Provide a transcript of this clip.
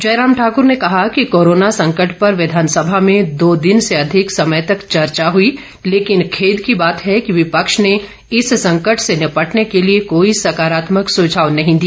जयराम ठाकर ने कहा कि कोरोना संकट पर विधानसभा में दो दिन से अधिक समय तक चर्चा हुई लेकिन खेद की बात है कि विपक्ष ने इस संकट से निपटने के लिए कोई सकारात्मक सुझाव नहीं दिया